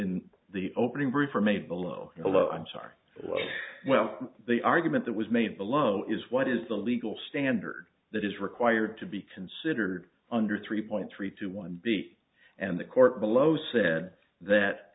in the opening brief or made below hello i'm sorry well the argument that was made below is what is the legal standard that is required to be considered under three point three two one b and the court below said that